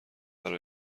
برا